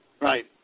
Right